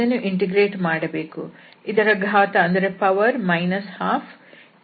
ಇದನ್ನು ಇಂಟಿಗ್ರೇಟ್ ಮಾಡಬೇಕು ಇದರ ಘಾತ 12